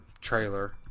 trailer